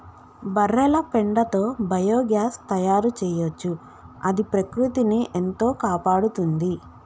బర్రెల పెండతో బయోగ్యాస్ తయారు చేయొచ్చు అది ప్రకృతిని ఎంతో కాపాడుతుంది